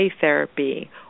therapy